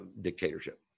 dictatorship